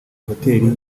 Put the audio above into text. hoteri